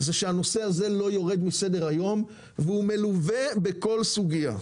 זה שהנושא הזה לא יורד מסדר היום והוא מלווה בכל סוגיה.